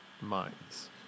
minds